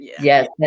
Yes